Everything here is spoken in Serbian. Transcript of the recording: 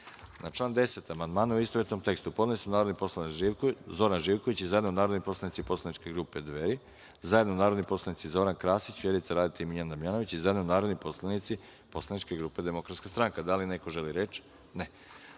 član 10. amandmane u istovetnom tekstu podneli su narodni poslanici Zoran Živković i zajedno narodni poslanici poslaničke grupe Dveri i zajedno narodni poslanici Zoran Krasić, Vjerica Radeta i Miljan Damjanović i zajedno narodni poslanici poslaničke grupe DS.Da li neko želi reč?